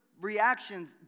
reactions